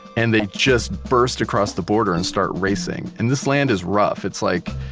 and they just burst across the border and start racing. and this land is rough, it's like,